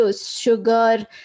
sugar